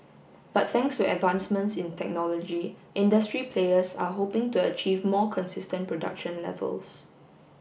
but thanks to advancements in technology industry players are hoping to achieve more consistent production levels